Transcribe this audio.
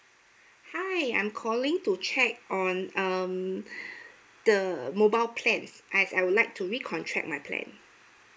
hi I'm calling to check on um the mobile plans as I would like to recontract my plan